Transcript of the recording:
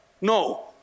no